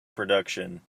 production